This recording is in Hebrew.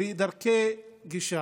ודרכי גישה.